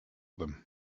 them